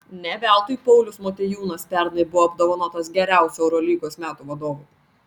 ne veltui paulius motiejūnas pernai buvo apdovanotas geriausiu eurolygos metų vadovu